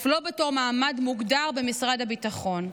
אף לא בתור מעמד מוגדר במשרד הביטחון.